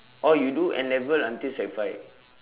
oh you do N-level until sec five